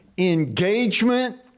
Engagement